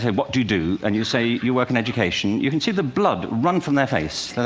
what do you do? and you say you work in education, you can see the blood run from their face.